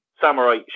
Samurai